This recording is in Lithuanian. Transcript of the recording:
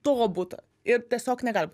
to buto ir tiesiog negalima